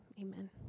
amen